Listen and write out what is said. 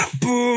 boo